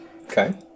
Okay